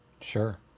Sure